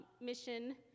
mission